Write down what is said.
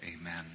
Amen